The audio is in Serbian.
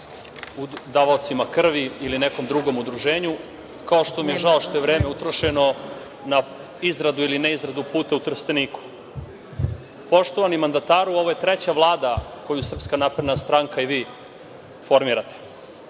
davaocima krvi ili nekom drugom udruženju, kao što mi je žao što je vreme utrošeno na izradu ili ne izradu puta u Trsteniku. Poštovani mandataru, ovo je treća vlada koju SNS i vi formirate.